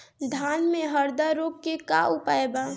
धान में हरदा रोग के का उपाय बा?